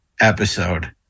episode